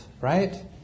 right